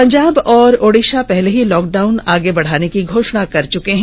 पंजाब और ओडिशा पहले ही लॉकडाउन आगे बढ़ाने की घोषणा कर चुके हैं